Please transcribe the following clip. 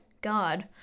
God